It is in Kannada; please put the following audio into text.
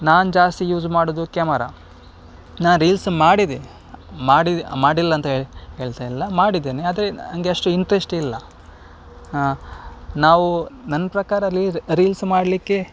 ನಾನು ಜಾಸ್ತಿ ಯೂಸ್ ಮಾಡೋದು ಕ್ಯಾಮರಾ ನಾನು ರೀಲ್ಸ್ ಮಾಡಿದೆ ಮಾಡಿದ್ದು ಮಾಡಿಲ್ಲ ಅಂತ ಹೇಳ್ತಾಯಿಲ್ಲ ಮಾಡಿದ್ದೇನೆ ಆದರೆ ನನಗೆ ಅಷ್ಟು ಇಂಟ್ರೆಸ್ಟ್ ಇಲ್ಲ ನಾವು ನನ್ನ ಪ್ರಕಾರ ಲೀರ್ ರೀಲ್ಸ್ ಮಾಡಲಿಕ್ಕೆ